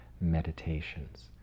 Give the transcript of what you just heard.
meditations